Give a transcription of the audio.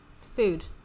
food